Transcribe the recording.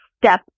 step